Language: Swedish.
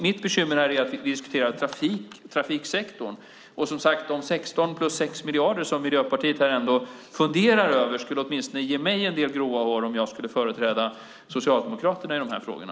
Nu diskuterar vi trafiksektorn, och de 16 plus 6 miljarder som Miljöpartiet ändå funderar över skulle åtminstone ge mig en del gråa hår om jag skulle företräda Socialdemokraterna i de här frågorna.